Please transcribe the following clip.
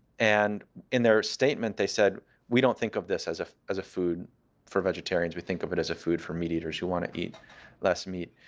and in their statement, they said we don't think of this as as a food for vegetarians. we think of it as a food for meat eaters who want to eat less meat.